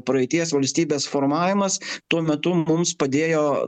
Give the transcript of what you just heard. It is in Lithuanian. praeities valstybės formavimas tuo metu mums padėjo